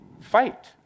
fight